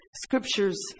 Scriptures